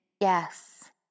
Yes